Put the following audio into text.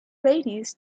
ladies